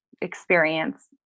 experience